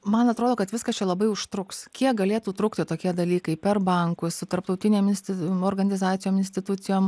man atrodo kad viskas čia labai užtruks kiek galėtų trukti tokie dalykai per bankus su tarptautinėm insti organizacijom institucijom